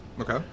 okay